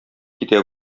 китә